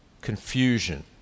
confusion